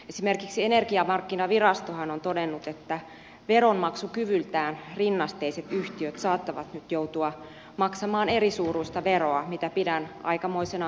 esimerkiksi energiamarkkinavirastohan on todennut että veronmaksukyvyltään rinnasteiset yhtiöt saattavat nyt joutua maksamaan erisuuruista veroa mitä pidän aikamoisena ongelmana